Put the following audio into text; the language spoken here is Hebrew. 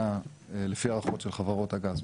לפי ההערכות של חברות הגז,